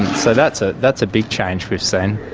so that's ah that's a big change we've seen.